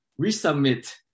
resubmit